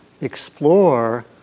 explore